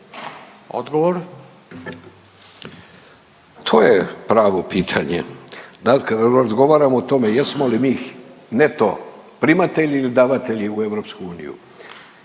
To je pravo pitanje. Kad razgovaramo o tome jesmo li mi neto primatelji ili davatelji u EU?